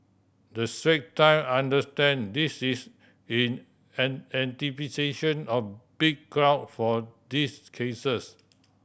the Strait Time understand this is in an anticipation of big crowd for these cases